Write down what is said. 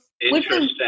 interesting